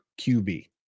QB